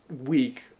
week